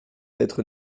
être